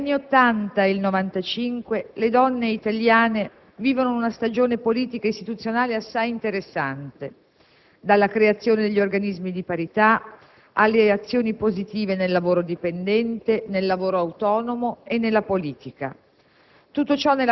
Tra gli anni Ottanta e il 1995, le donne italiane vivono una stagione politica e istituzionale assai interessante: dalla creazione degli organismi di parità alle azioni positive nel lavoro dipendente, nel lavoro autonomo e nella politica.